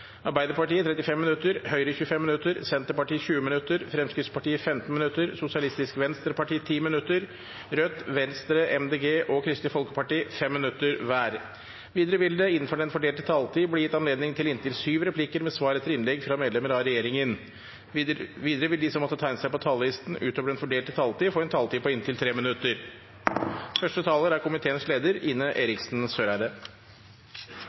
Arbeiderpartiet 35 minutter, Høyre 25 minutter, Senterpartiet 20 minutter, Fremskrittspartiet 15 minutter, Sosialistisk Venstreparti 10 minutter, Rødt, Venstre, Miljøpartiet De Grønne og Kristelig Folkeparti 5 minutter hver. Videre vil det – innenfor den fordelte taletid – bli gitt anledning til inntil syv replikker med svar etter innlegg fra medlemmer av regjeringen. Videre vil de som måtte tegne seg på talerlisten utover den fordelte taletid, få en taletid på inntil 3 minutter. Stormaktsrivaliseringen mellom USA og Kina har blitt det tydeligste omdreiningspunktet i internasjonal politikk. Russland er